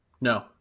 No